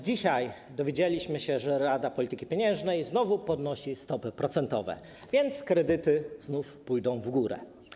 Dzisiaj dowiedzieliśmy się, że Rada Polityki Pieniężnej znowu podnosi stopy procentowe, więc kredyty znów pójdą w górę.